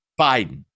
biden